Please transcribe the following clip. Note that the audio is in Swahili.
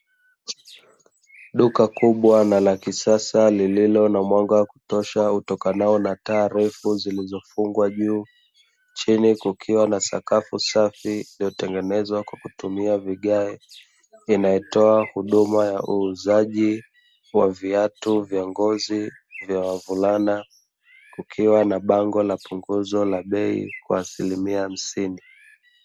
Duka kubwa na la kisasa lililo na mwanga wakutosha utokanao na taarifa zilizofungwa juu chini kukiwa na sakafu safi natengeneza kwa kutumia vigae vinaitwa huduma ya uuzaji wa viatu vya ngozi vya wavulana kukiwa na bango la punguzo la bei kwa asilimia hamsini.